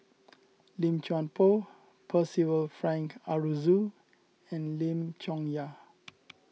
Lim Chuan Poh Percival Frank Aroozoo and Lim Chong Yah